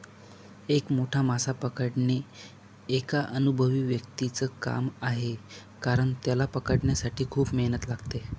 एक मोठा मासा पकडणे एका अनुभवी व्यक्तीच च काम आहे कारण, त्याला पकडण्यासाठी खूप मेहनत लागते